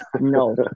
No